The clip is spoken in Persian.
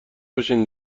باشین